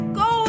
go